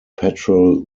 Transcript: patrol